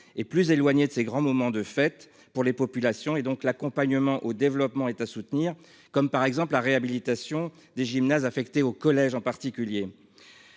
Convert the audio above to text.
et plus éloigné de ces grands moments de fête pour les populations et donc l'accompagnement au développement et à soutenir comme par exemple la réhabilitation des gymnases affecté au collège en particulier.